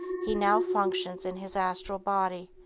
he now functions in his astral body,